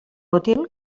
útil